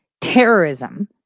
terrorism